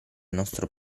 nostro